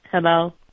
Hello